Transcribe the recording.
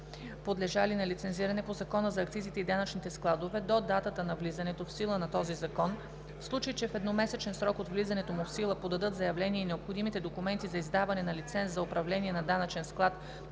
подлежали на лицензиране по Закона за акцизите и данъчните складове до датата на влизането в сила на този закон, в случай че в едномесечен срок от влизането му в сила подадат заявление и необходимите документи за издаване на лиценз за управление на данъчен склад,